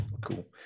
cool